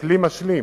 כלי משלים